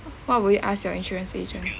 what would you ask your insurance agent